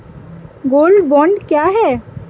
Gold bond क्या है?